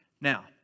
Now